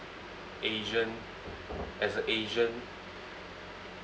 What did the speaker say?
asian as a asian